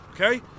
okay